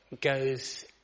goes